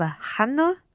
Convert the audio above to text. Hanno